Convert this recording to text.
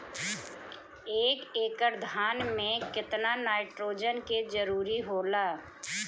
एक एकड़ धान मे केतना नाइट्रोजन के जरूरी होला?